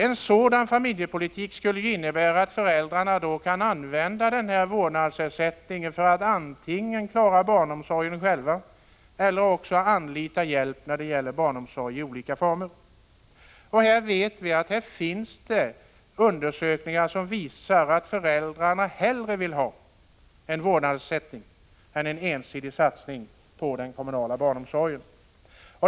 En sådan familjepolitik skulle ju innebära att föräldrarna kunde använda vårdnadsersättningen för att antingen klara barnomsorgen själva eller också anlita hjälp i olika former för barnomsorgen. Vi vet att det finns undersökningar som visar att föräldrarna hellre vill ha en vårdnadsersättning än en ensidig satsning på den kommunala barnomsorgen.